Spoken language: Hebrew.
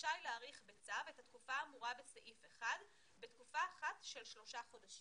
רשאי להאריך בצו את התקופה האמורה בסעיף 1 בתקופה אחת של שלושה חודשים.